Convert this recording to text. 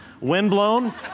windblown